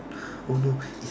oh no